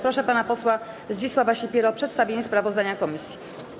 Proszę pana posła Zdzisława Sipierę o przedstawienie sprawozdania komisji.